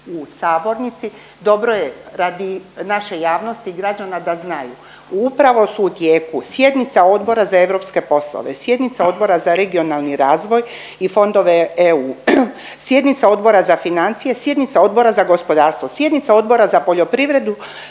u sabornici, dobro je radi naše javnosti i građana da znaju. Upravo su u tijeku sjednica Odbora za europske poslove, sjednica Odbora za regionalni razvoj i fondove EU, sjednica Odbora za financije, sjednica Odbora za gospodarstvo, sjednica Odbora za poljoprivredu,